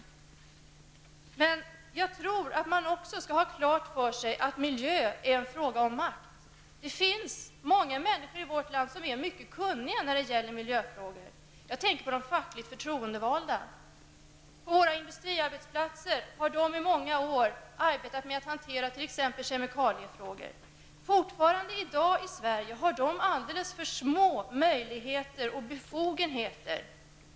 Det tas också upp i propositionen, och det är bra. Men man skall också ha klart för sig att miljö är en fråga om makt. Det finns många människor i vårt land som är mycket kunniga när det gäller miljöfrågor. Jag tänker då på de fackligt förtroendevalda. De har på våra industriarbetsplatser i många år arbetat med att hantera t.ex. kemikaliefrågor. I dagens Sverige har dessa människor fortfarande alldeles för små möjligheter och befogenheter.